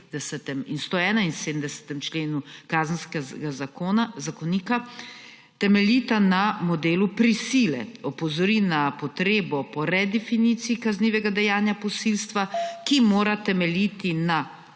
in 171. členu Kazenskega zakonika temeljita na modelu prisile, opozori na potrebo po redefiniciji kaznivega dejanja posilstva, ki mora temeljiti na